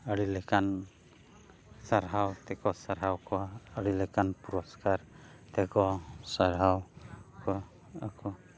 ᱟᱹᱰᱤ ᱞᱮᱠᱟᱱ ᱥᱟᱨᱦᱟᱣ ᱛᱮᱠᱚ ᱥᱟᱨᱦᱟᱣ ᱠᱚᱣᱟ ᱟᱹᱰᱤ ᱞᱮᱠᱟᱱ ᱯᱩᱨᱚᱥᱠᱟᱨ ᱛᱮᱠᱚ ᱥᱟᱨᱦᱟᱣ ᱠᱚᱣᱟ ᱟᱠᱚ